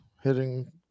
hitting